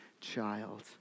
child